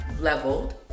leveled